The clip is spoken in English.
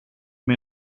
may